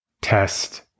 test